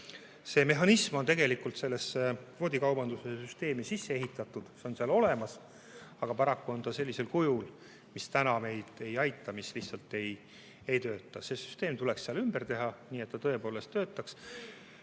See mehhanism on tegelikult kvoodikaubanduse süsteemi sisse ehitatud, see on seal olemas, aga paraku on ta sellisel kujul, mis meid ei aita, sest see lihtsalt ei tööta. See süsteem tuleks ümber teha nii, et ta tõepoolest töötaks.